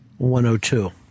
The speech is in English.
102